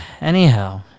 anyhow